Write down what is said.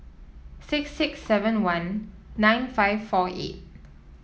six six seven one nine five four eight